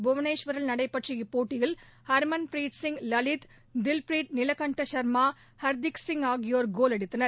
புவனேஸ்வரில் நடைபெற்ற இப்போட்டியில் ஹா்மந்த் பிரீத்சிங் லலித் டில்பிரீத் நிலக்கந்த ஷா்மா ஹர்தீப்சிங் ஆகியோர் கோல் அடித்தனர்